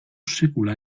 sekula